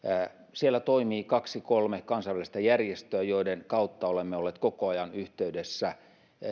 siellä toimii kaksi kolme kansainvälistä järjestöä joiden kautta olemme olleet koko ajan yhteydessä siitä